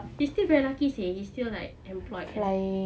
he still very lucky eh he still like employed like